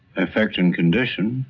effect and condition